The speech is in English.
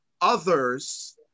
others